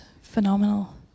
phenomenal